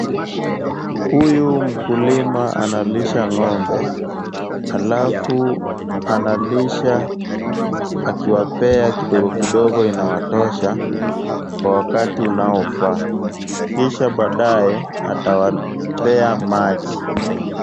Huyu mkulima analisha ng’ombe alafu analisha akiwapea kidogo kidogo inawatosha kwa wakati unaofaa. Kisha baadae, atawapea maji.